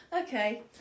Okay